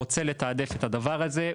אם הוא רוצה לתעדף את הדבר הזה,